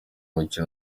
umukino